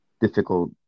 difficult